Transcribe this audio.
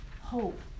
hope